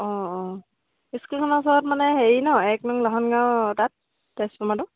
অঁ অঁ স্কুলখনৰ ওচৰত মানে হেৰি ন এক নং লাহনগাঁও তাত ট্ৰেন্সফৰ্মাৰটো